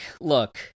look